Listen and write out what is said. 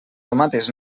tomates